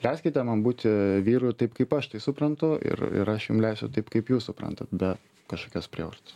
leiskite man būti vyru taip kaip aš tai suprantu ir ir aš jum leisiu taip kaip jūs suprantat be kažkokios prievartos